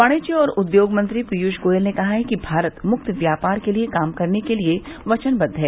वाणिज्य और उद्योग मंत्री पीयूष गोयल ने कहा है कि भारत मुक्त व्यापार के लिए काम करने के प्रति वचनबद्व है